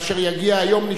כאשר יגיע היום,